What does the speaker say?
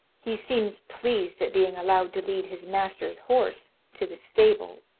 he seems pleased at being allowed to lead his master's horse to the stable.